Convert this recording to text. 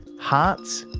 hearts,